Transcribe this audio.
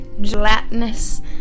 Gelatinous